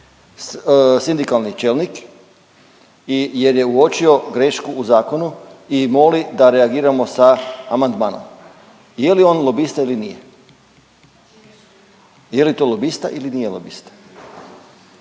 sindikalni čelnik jer je uočio grešku u zakonu i moli da reagiramo sa amandmanom. Je li on lobista ili nije? Je li to lobista ili nije lobista?